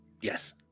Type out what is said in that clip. Yes